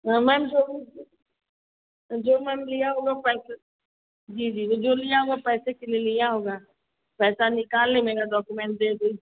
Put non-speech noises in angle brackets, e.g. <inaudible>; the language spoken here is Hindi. हाँ मैम जो <unintelligible> मैम लिया होगा पैसे जी जी जो लिया होगा पैसा के लिए लिया होगा पैसा निकाल लें मेरा डॉक्यूमेंट दे दें